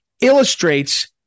illustrates –